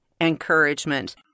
encouragement